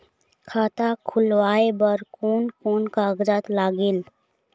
खाता खुलवाय बर कोन कोन कागजात लागेल?